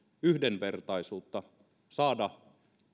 yhdenvertaisuutta saada